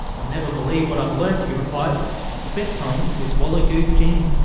you'll never believe what i've learnt he replied i've spent time with wallagoot jean.